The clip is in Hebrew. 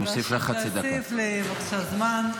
תוסיף לי, בבקשה, זמן.